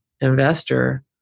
investor